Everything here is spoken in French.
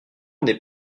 n’est